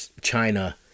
China